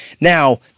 Now